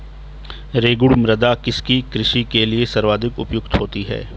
रेगुड़ मृदा किसकी कृषि के लिए सर्वाधिक उपयुक्त होती है?